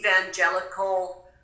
evangelical